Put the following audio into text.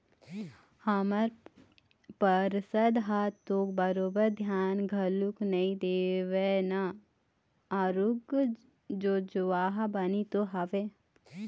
हमर पार्षद ह तो बरोबर धियान घलोक नइ देवय ना आरुग जोजवा बानी तो हवय